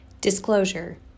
Disclosure